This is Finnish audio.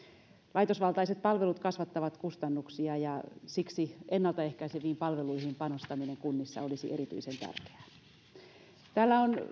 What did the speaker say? laitosvaltaiset palvelut kasvattavat kustannuksia ja siksi ennalta ehkäiseviin palveluihin panostaminen kunnissa olisi erityisen tärkeää täällä on